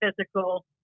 physical